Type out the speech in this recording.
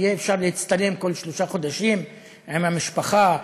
ויהיה אפשר להצטלם כל שלושה חודשים עם המשפחה,